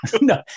No